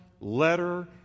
letter